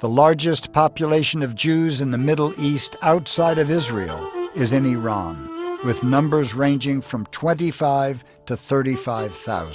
the largest population of jews in the middle east outside of israel is in iran with numbers ranging from twenty five to thirty five